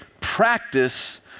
practice